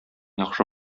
яхшы